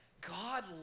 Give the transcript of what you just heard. God